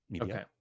okay